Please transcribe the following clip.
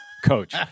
Coach